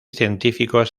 científicos